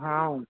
हा